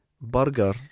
burger